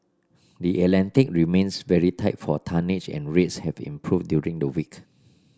the Atlantic remains very tight for tonnage and rates have improved during the week